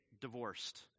divorced